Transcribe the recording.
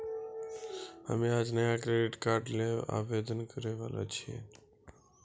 हम्मे आज नया क्रेडिट कार्ड ल आवेदन करै वाला छियौन